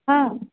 હં